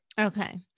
Okay